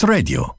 Radio